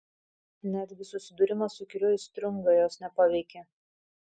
netgi susidūrimas su įkyriuoju striunga jos nepaveikė